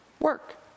work